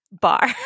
bar